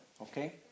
okay